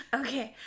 okay